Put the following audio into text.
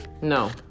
No